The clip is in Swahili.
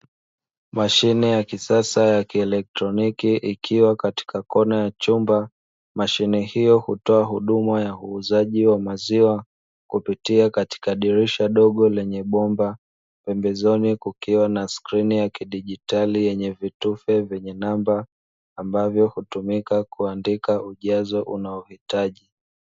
Mashine ya kisasa ya kielektroniki ikiwa katika kona ya chumba, mashine hiyo hutoa huduma ya uuzaji wa maziwa kupitia katika dirisha dogo lenye bomba, pembezoni kukiwa na skrini ya kidigitali yenye vitufe vyenye namba ambavyo hutumika kuandika ujazo unaohitaji.